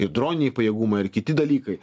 ir droniniai pajėgumai ir kiti dalykai